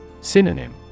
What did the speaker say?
Synonym